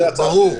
ברור.